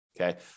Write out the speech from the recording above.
okay